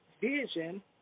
vision